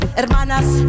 hermanas